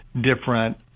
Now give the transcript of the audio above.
different